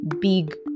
big